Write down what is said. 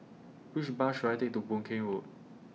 Which Bus should I Take to Boon Keng Road